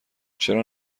چرا